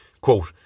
Quote